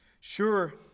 Sure